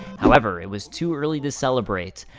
however, it was too early to celebrate.